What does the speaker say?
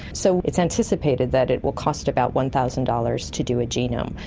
so it's anticipated that it will cost about one thousand dollars to do a genome.